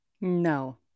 No